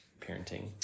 parenting